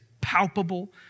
palpable